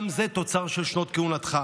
גם זה תוצר של שנות כהונתך.